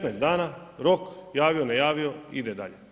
15 dana rok, javio-ne javio, ide dalje.